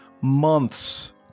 months